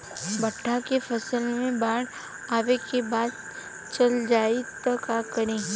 भुट्टा के फसल मे बाढ़ आवा के बाद चल जाई त का करी?